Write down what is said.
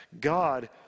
God